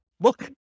look